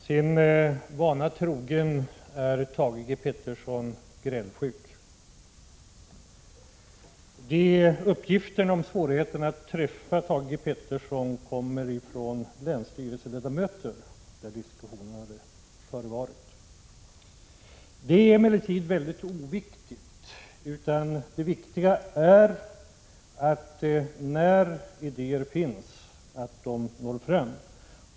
Herr talman! Sin vana trogen är Thage Peterson grälsjuk. Uppgifterna om svårigheterna att träffa Thage Peterson kommer från ledamöter i länsstyrelsen, där diskussionen hade förevarit. Det är emellertid oviktigt. Det viktiga är i stället att idéer, när de finns, når fram.